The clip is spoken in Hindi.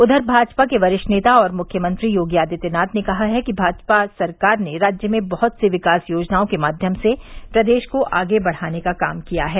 उधर भाजपा के वरिष्ठ नेता और मुख्यमंत्री योगी आदित्यनाथ ने कहा है कि भाजपा सरकार ने राज्य में बहुत सी विकास योजनाओं के माध्यम से प्रदेश को आगे बढ़ाने का काम किया है